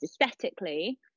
aesthetically